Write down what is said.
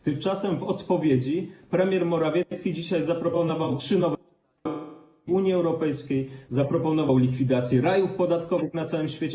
Tymczasem w odpowiedzi premier Morawiecki dzisiaj zaproponował trzy nowe podatki Unii Europejskiej, zaproponował likwidację rajów podatkowych na całym świecie.